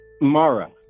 Mara